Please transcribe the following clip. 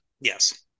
Yes